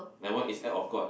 that one is act of God ah